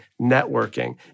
networking